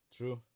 True